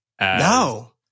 No